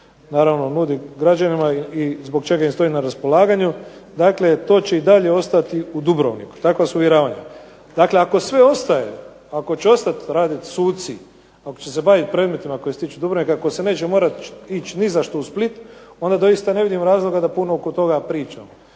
naravno nudi građanima i zbog čega im stoji na raspolaganju. Dakle, to će i dalje ostati u Dubrovniku, takva su uvjeravanja. Dakle ako sve ostaje, ako će ostati radit suci, ako će se bavit predmetima koje se tiču Dubrovnika, ako se neće morat ići nizašto u Split, onda doista ne vidim razloga da puno oko toga priča.